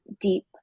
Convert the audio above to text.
deep